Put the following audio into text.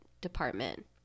department